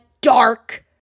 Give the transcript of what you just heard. dark